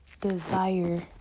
desire